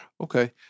Okay